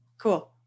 cool